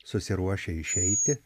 susiruošia išeiti